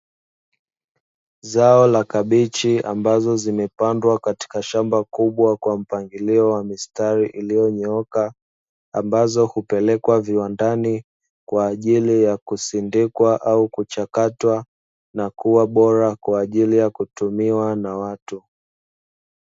Zao la kabichi, ambazo zimepandwa katika shamba kubwa kwa mpangilio wa mistari iliyonyooka, ambazo hupelekwa viwandani kwa ajili ya kusindikwa au kuchakatwa na kuwa bora kwa ajili ya kutumiwa na watu.